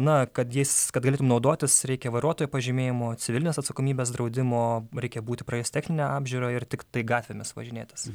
na kad jis kad galėtum naudotis reikia vairuotojo pažymėjimo civilinės atsakomybės draudimo reikia būti praėjus techninę apžiūrą ir tiktai gatvėmis važinėtis